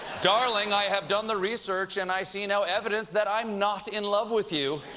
darling, i have done the research, and i see no evidence that i'm not in love with you.